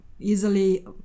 easily